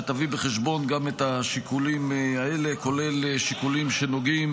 שתביא בחשבון גם את השיקולים האלה כולל שיקולים שנוגעים